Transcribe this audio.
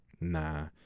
nah